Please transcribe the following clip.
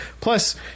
Plus